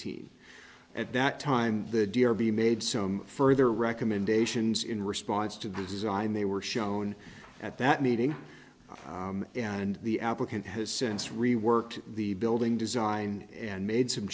at that time the dear be made some further recommendations in response to the design they were shown at that meeting and the applicant has since reworked the building design and made some